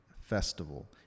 festival